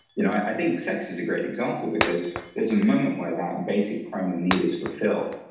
you know i think sex is a great example because there's a moment where that basic primal need is fulfilled.